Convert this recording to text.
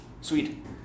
sweet